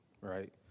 right